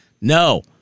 no